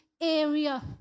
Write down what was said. area